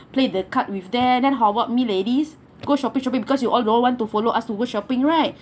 play the card with them then how what me ladies go shopping shopping because you all don't want to follow us to go shopping right